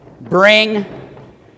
bring